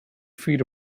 feet